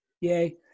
Yay